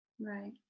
right